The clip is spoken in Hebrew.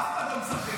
אף אחד לא משחק.